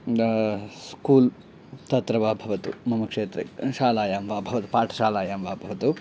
अ school तत्र वा भवतु मम क्षेत्रे शालायां वा भवत् पाठशालायां वा भवतु